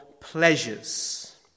pleasures